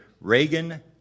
Reagan